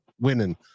winning